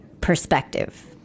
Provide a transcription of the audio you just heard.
perspective